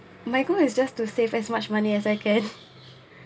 my goal is just to save as much money as I can